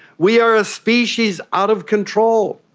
we are ah species out of control.